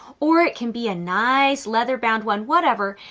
or it can be a nice leather bound one, whatever.